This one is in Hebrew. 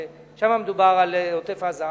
שם מדובר על עוטף-עזה.